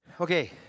Okay